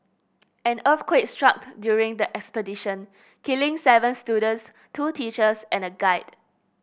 an earthquake struck during the expedition killing seven students two teachers and a guide